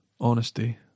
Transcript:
honesty